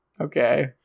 Okay